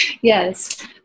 yes